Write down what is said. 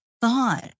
thought